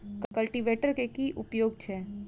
Cultivator केँ की उपयोग छैक?